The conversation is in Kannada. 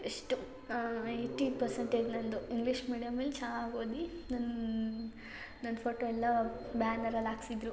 ಎಷ್ಟು ಏಯ್ಟಿ ಪರ್ಸಂಟೇಜ್ ನನ್ನದು ಇಂಗ್ಲೀಷ್ ಮೀಡಿಯಮಲ್ಲಿ ಚೆನ್ನಾಗಿ ಓದಿ ನನ್ನ ನನ್ನ ಫೋಟೋ ಎಲ್ಲ ಬ್ಯಾನರಲ್ಲಿ ಹಾಕ್ಸಿದ್ರು